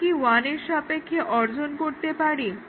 আমরা কি 1 এর সাপেক্ষে অর্জন করতে পারি